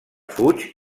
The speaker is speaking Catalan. fuig